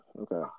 okay